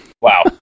Wow